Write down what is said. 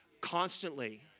constantly